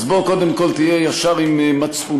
אז בוא, קודם כול, תהיה ישר עם מצפונך.